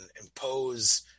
impose